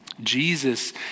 Jesus